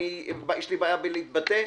יש לי בעיה בלהתבטא?